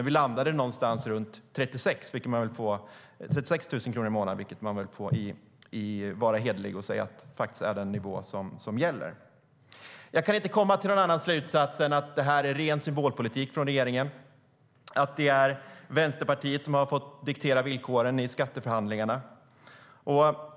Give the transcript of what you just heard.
Vi landade någonstans runt 36 000 kronor i månaden, vilket vi väl får vara hederliga och säga är den nivå som gäller. Jag kan inte komma till någon annan slutsats än att det här är ren symbolpolitik från regeringen, att Vänsterpartiet har fått diktera villkoren i skatteförhandlingarna.